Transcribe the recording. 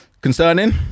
concerning